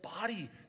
body